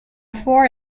four